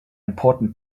important